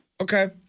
Okay